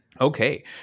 Okay